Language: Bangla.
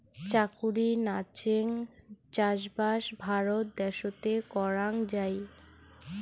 চাকুরি নাচেঙ চাষবাস ভারত দ্যাশোতে করাং যাই